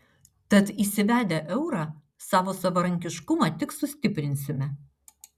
tad įsivedę eurą savo savarankiškumą tik sustiprinsime